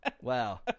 Wow